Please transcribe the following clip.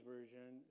Version